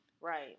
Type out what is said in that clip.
Right